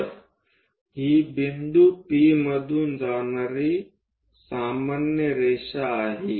तर हि बिंदू P मधून जाणारी सामान्य रेषा आहे